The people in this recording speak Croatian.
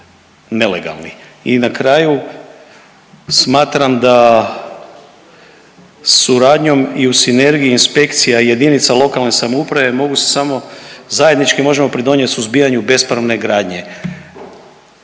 I na kraju smatram da suradnjom i u sinergiji inspekcija i jedinica lokalne samouprave mogu se samo, zajednički možemo pridonijeti suzbijanju bespravne gradnje.